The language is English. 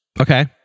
Okay